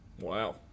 Wow